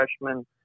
freshman